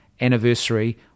anniversary